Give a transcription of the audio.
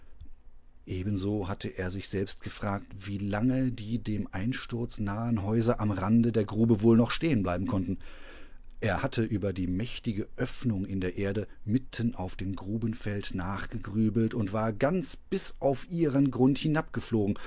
ebenso hatte er sich selbst gefragt wie lange die dem einsturz nahen häuser am rande der grube wohl noch stehenbleibenkonnten erhatteüberdiemächtigeöffnungindererde mitten auf dem grubenfeld nachgegrübelt und war ganz bis auf ihren grund